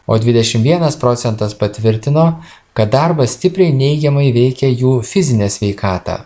o dvidešim vienas procentas patvirtino kad darbas stipriai neigiamai veikia jų fizinę sveikatą